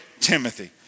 Timothy